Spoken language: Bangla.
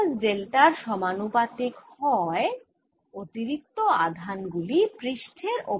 দিক হিসেবে r 1 এর দিকে তড়িৎ ক্ষেত্র হবে উল্টো দিকে তাই minus sigma d omega r 1 square by r 1 to the power 2 minus delta হল তড়িৎ ক্ষেত্র